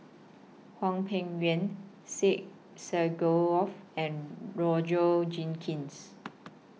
Hwang Peng Yuan Syed and Roger Jenkins